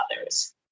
others